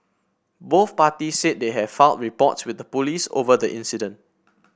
both parties said they have filed reports with the police over the incident